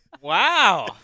Wow